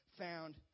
found